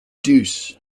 deuce